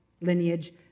lineage